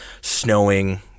snowing